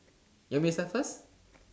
you want me to start first